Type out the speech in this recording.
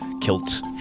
kilt